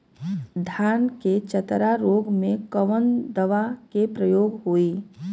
धान के चतरा रोग में कवन दवा के प्रयोग होई?